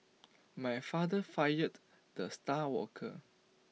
my father fired the star worker